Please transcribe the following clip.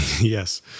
Yes